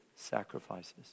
sacrifices